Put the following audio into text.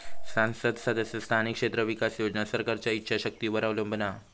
सांसद सदस्य स्थानिक क्षेत्र विकास योजना सरकारच्या ईच्छा शक्तीवर अवलंबून हा